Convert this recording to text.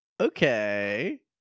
Okay